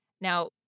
Now